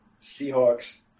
Seahawks